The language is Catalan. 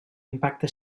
impacte